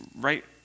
right